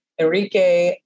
Enrique